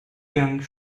dank